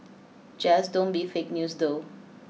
just don't be fake news though